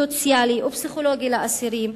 סוציאלי ופסיכולוגי לאסירים,